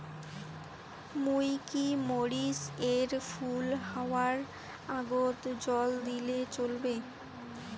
মুই কি মরিচ এর ফুল হাওয়ার আগত জল দিলে চলবে?